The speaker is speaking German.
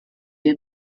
den